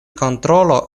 kontrolo